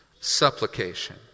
supplication